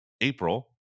April